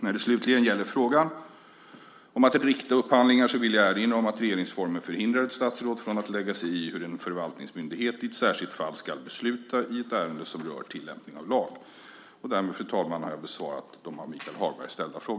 När det gäller frågan om att rikta upphandlingar vill jag erinra om att regeringsformen förhindrar ett statsråd från att lägga sig i hur en förvaltningsmyndighet i ett särskilt fall ska besluta i ett ärende som rör tillämpning av lag.